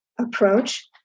approach